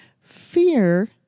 Fear